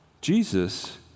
Jesus